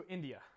India